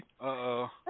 Uh-oh